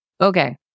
Okay